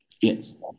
Yes